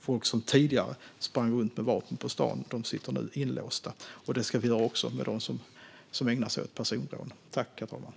Folk som tidigare sprang runt med vapen på stan sitter nu inlåsta, och det ska vi se till att också de som ägnar sig åt personrån ska göra.